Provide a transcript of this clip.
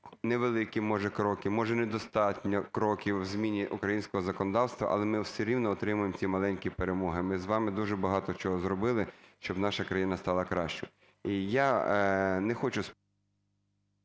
невеликі може кроки, може недостатньо кроків у зміні українського законодавства, але ми все рівно отримуємо ці маленькі перемоги. Ми з вами дуже багато чого зробили, щоб наша країна стала кращою.